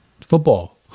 Football